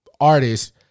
artists